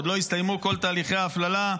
עוד לא הסתיימו כל תהליכי ההפללה,